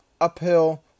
uphill